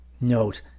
Note